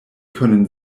können